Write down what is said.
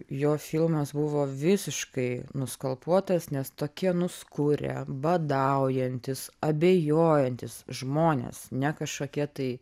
jo filmas buvo visiškai nuskalpuotas nes tokie nuskurę badaujantys abejojantys žmonės ne kažkokie tai